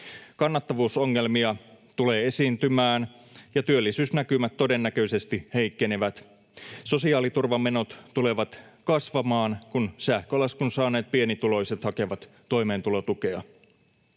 Kannattavuusongelmia tulee esiintymään, ja työllisyysnäkymät todennäköisesti heikkenevät. Sosiaaliturvamenot tulevat kasvamaan, kun sähkölaskun saaneet pienituloiset hakevat toimeentulotukea.